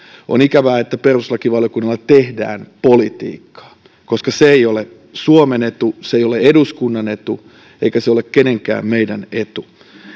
on ikävää että perustuslakivaliokunnalla tehdään politiikkaa koska se ei ole suomen etu se ei ole eduskunnan etu eikä se ole kenenkään meidän etu